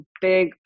big